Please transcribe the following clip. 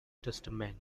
testament